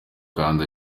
kandi